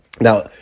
Now